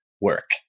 work